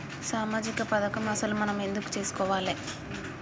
సామాజిక పథకం అసలు మనం ఎందుకు చేస్కోవాలే?